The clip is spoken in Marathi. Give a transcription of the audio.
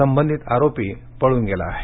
संबंधित आरोपी पळून गेला आहे